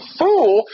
fool